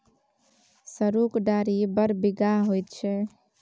सरुक डारि बड़ बिखाह होइत छै